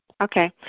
Okay